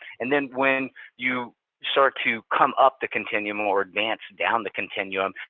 and then when you start to come up the continuum or advance down the continuum,